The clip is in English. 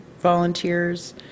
volunteers